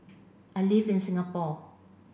I live in Singapore